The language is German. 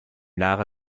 lara